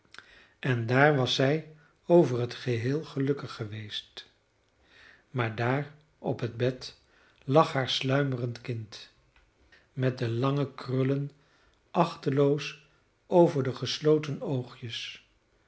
en daar was zij over het geheel gelukkig geweest maar daar op het bed lag haar sluimerend kind met de lange krullen achteloos over de gesloten oogjes